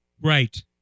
Right